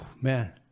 man